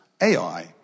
AI